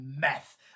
meth